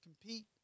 compete